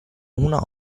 una